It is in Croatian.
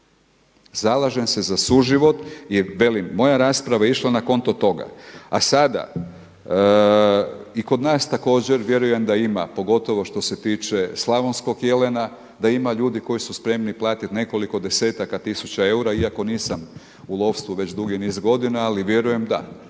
Zalažem se za suživot. I velim, moja rasprava je išla na konto toga. A sada i kod nas također vjerujem da ima pogotovo što se tiče slavonskog jelena, da ima ljudi koji su spremni platiti nekoliko desetaka tisuća eura iako nisam u lovstvu već dugi niz godina, ali vjerujem da,